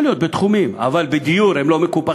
יכול להיות בתחומים, אבל בדיור הם לא מקופחים,